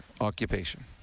occupation